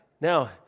now